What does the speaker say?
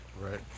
right